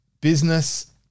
business